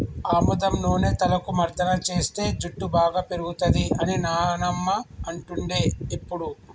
ఆముదం నూనె తలకు మర్దన చేస్తే జుట్టు బాగా పేరుతది అని నానమ్మ అంటుండే ఎప్పుడు